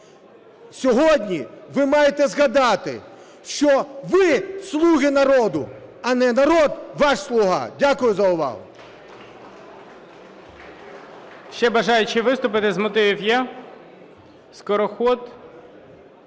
Сьогодні ви маєте згадати, що ви – слуги народу, а не народ – ваш слуга. Дякую за увагу.